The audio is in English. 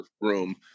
room